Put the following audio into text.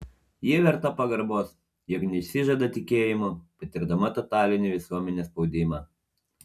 ji verta pagarbos jog neišsižada tikėjimo patirdama totalinį visuomenės spaudimą